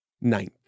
Ninth